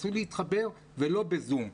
תנסו להתחבר ולא בזום,